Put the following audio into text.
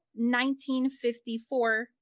1954